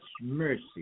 mercy